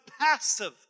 passive